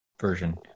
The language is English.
version